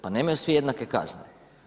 Pa nemaju svi jednake kazne.